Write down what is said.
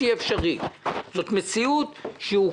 קבוצה באוכלוסייה, כל אחת עם הבעייתיות שבה.